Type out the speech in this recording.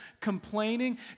complaining